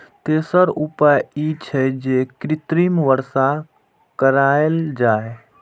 तेसर उपाय ई छै, जे कृत्रिम वर्षा कराएल जाए